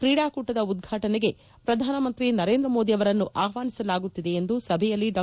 ಕ್ರೀಡಾಕೂಟದ ಉದ್ಘಾಟನೆಗೆ ಪ್ರಧಾನಮಂತ್ರಿ ನರೇಂದ್ರ ಮೋದಿ ಅವರನ್ನು ಆಹ್ವಾನಿಸಲಾಗುತ್ತಿದೆ ಎಂದು ಸಭೆಯಲ್ಲಿ ಡಾ